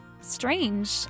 Strange